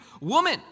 woman